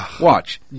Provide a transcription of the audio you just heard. Watch